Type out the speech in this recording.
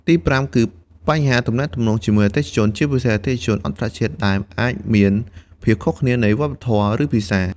ទីប្រាំ គឺ បញ្ហាទំនាក់ទំនងជាមួយអតិថិជន ជាពិសេសអតិថិជនអន្តរជាតិ ដែលអាចមានភាពខុសគ្នានៃវប្បធម៌ ឬភាសា។